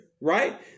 right